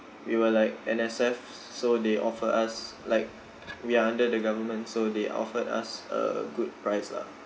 we were like N_S_F so they offer us like we are under the government so they offered us a good price lah